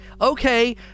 okay